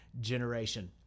generation